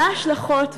מה ההשלכות,